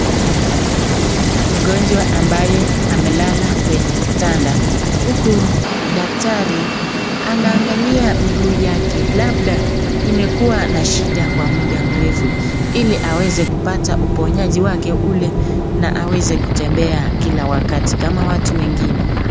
Mgonjwa ambaye amelala kwenye kitanda, huku daktari anaangalia miguu yake labda imekuwa na shida kwa muda mrefu ili aweze kupata uponyaji wake ule na aweze kutembea kila wakati kama watu wengine.